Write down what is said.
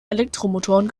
elektromotoren